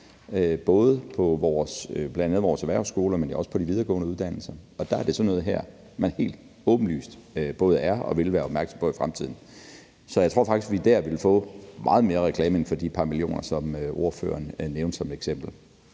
bl.a. på vores erhvervsskoler, men jo også på de videregående uddannelser. Der er det sådan noget her, man helt åbenlyst både er og vil være opmærksom på i fremtiden. Så jeg tror faktisk, vi der vil få meget mere reklame end for de par millioner kroner, som ordføreren nævnte som eksempel.